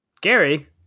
Gary